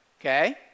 Okay